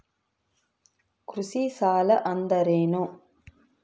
ಕೃಷಿ ಸಾಲ ಅಂದರೇನು?